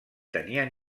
tenien